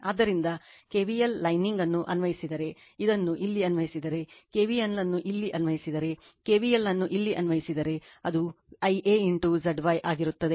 ಆದ್ದರಿಂದ KVL lining ಅನ್ನು ಅನ್ವಯಿಸಿದರೆ ಇದನ್ನು ಇಲ್ಲಿ ಅನ್ವಯಿಸಿದರೆ KVL ಅನ್ನು ಇಲ್ಲಿ ಅನ್ವಯಿಸಿದರೆ KVL ಅನ್ನು ಇಲ್ಲಿ ಅನ್ವಯಿಸಿದರೆ ಅದು Ia Zy ಆಗಿರುತ್ತದೆ